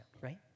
right